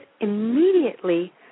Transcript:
immediately